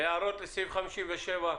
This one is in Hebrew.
אם אדוני שמע את מה שהוקרא לגבי נסיבות ההפחתה,